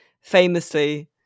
famously